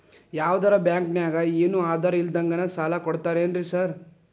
ಯಾವದರಾ ಬ್ಯಾಂಕ್ ನಾಗ ಏನು ಆಧಾರ್ ಇಲ್ದಂಗನೆ ಸಾಲ ಕೊಡ್ತಾರೆನ್ರಿ ಸಾರ್?